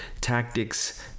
tactics